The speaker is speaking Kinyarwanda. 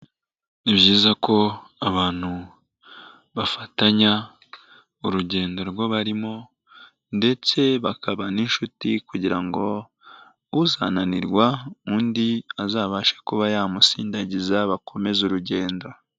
Ni byiza ko abantu bafatanya urugendo barimo, ndetse bakaba n'inshuti kugira ngo uzananirwa undi azabashe kuba yamusindagiza bakomeze urugendo.